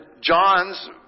John's